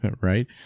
Right